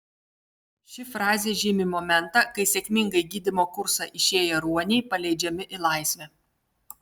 ši frazė žymi momentą kai sėkmingai gydymo kursą išėję ruoniai paleidžiami į laisvę